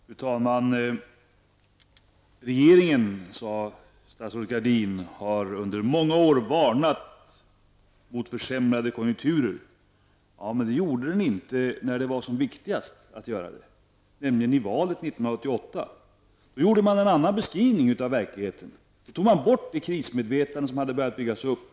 Fru talman! Statsrådet Anita Gradin sade att regeringen under många år har varnat för försämrade konjunkturer. Men det gjorde den inte när det var som viktigast, nämligen under valrörelsen 1988. Då gjorde regeringen en annan beskrivning av verkligheten, då tog man bort det krismedvetande som hade börjat byggas upp.